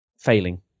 failing